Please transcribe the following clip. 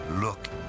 look